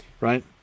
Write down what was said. right